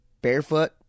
barefoot